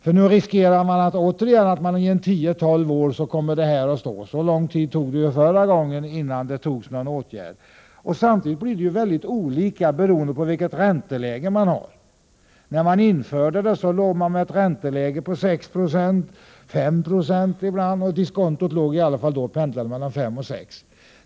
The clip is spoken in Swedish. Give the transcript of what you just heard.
Man riskerar återigen att det kommer att stå oförändrat i 10-12 år — så lång tid tog det ju förra gången innan det vidtogs någon åtgärd. Samtidigt blir utfallet väldigt olika beroende på vilket ränteläge man har. När avdraget infördes hade man ett ränteläge på 6 26 ibland och 5 96 ibland — diskontot pendlade där emellan.